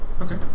okay